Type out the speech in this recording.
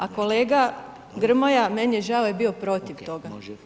A kolega Grmoja, meni je žao je bio protiv toga.